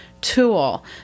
tool